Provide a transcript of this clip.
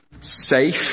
safe